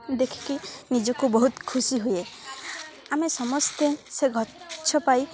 ଦେଖିକରି ନିଜକୁ ବହୁତ ଖୁସି ହୁଏ ଆମେ ସମସ୍ତେ ସେ ଗଛ ପାଇ